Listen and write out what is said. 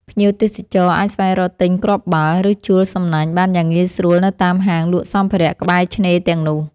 ភ្ញៀវទេសចរអាចស្វែងរកទិញគ្រាប់បាល់ ឬជួលសំណាញ់បានយ៉ាងងាយស្រួលនៅតាមហាងលក់សម្ភារៈក្បែរឆ្នេរទាំងនោះ។